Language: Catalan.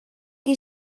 qui